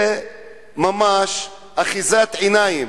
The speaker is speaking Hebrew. זה ממש אחיזת עיניים.